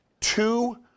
two